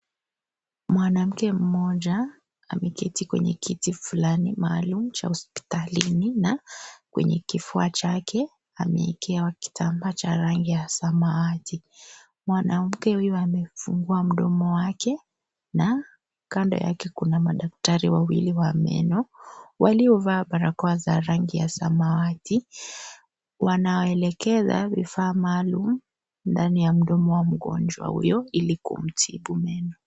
Mwanamke mmoja. Ameketi kwenye kiti fulani maalumu cha hospitalini, na kwenye kifua chake amewekewa kitambaa cha rangi ya samawati. Mwanamke huyu amefungua mdomo wake na kando yake kuna madaktari wawili wa meno. Waliovaa barakoa za rangi ya samawati. Wanaoelekeza vifaa maalum ndani ya mdomo wa mgonjwa huyo ili kumtibu meno.